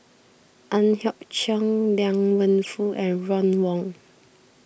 Ang Hiong Chiok Liang Wenfu and Ron Wong